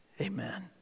Amen